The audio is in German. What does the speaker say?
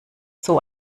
zoo